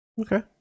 Okay